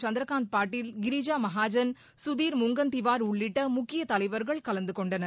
சந்திரகாந்த் பாட்டீல் கிரிஜா மஹாஜன் சுதீர் முங்கன்திவார் உள்ளிட்ட முக்கிய தலைவர்கள் கலந்து கொண்டனர்